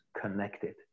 connected